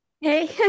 hey